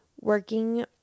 working